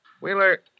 Wheeler